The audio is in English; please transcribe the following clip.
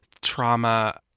trauma